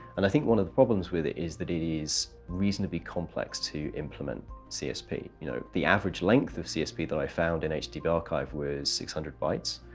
and i think one of the problems with it is that it is reasonably complex to implement csp. you know, the average length of csp that i found in http archive were six hundred bytes.